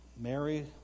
Mary